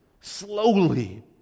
slowly